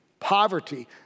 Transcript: poverty